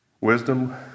Wisdom